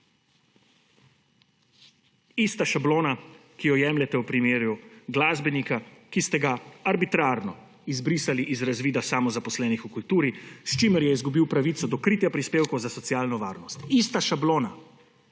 Ista šablona, kot jo jemljete v primeru glasbenika, ki ste ga arbitrarno izbrisali iz razvida samozaposlenih v kulturi, s čimer je izgubil pravico do kritja prispevkov za socialno varnost. Ista šablona